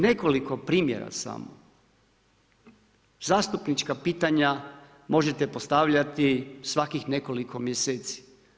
Nekoliko primjera samo, zastupnička pitanja možete postavljati svakih nekoliko mjeseci.